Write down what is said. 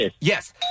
Yes